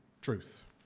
truth